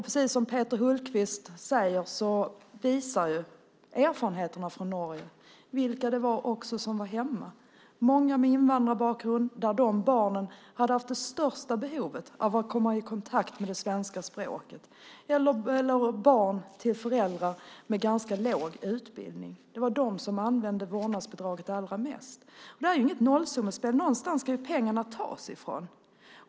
Precis som Peter Hultqvist säger visar erfarenheterna från Norge vilka det var som var hemma. Det var många med invandrarbakgrund. Det blir de barnen som har det största behovet av att komma i kontakt med det svenska språket. Det gäller också barn till föräldrar med ganska låg utbildning. Det är de som använder vårdnadsbidraget allra mest. Detta är inget nollsummespel. Någonstans ifrån ska pengarna tas.